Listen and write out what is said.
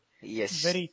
Yes